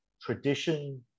tradition